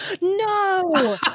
No